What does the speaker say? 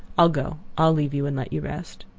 i'll go i'll leave you and let you rest.